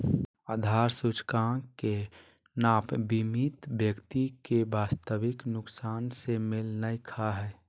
आधार सूचकांक के नाप बीमित व्यक्ति के वास्तविक नुकसान से मेल नय खा हइ